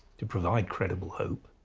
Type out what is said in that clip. to provide credible hope.